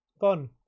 Fun